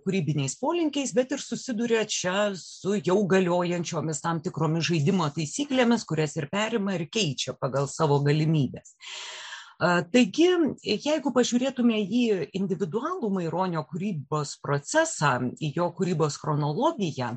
kūrybiniais polinkiais bet ir susiduria čia su jau galiojančiomis tam tikromis žaidimo taisyklėmis kurias ir perima ir keičia pagal savo galimybes taigi jeigu pažiūrėtume į individualų maironio kūrybos procesą į jo kūrybos chronologiją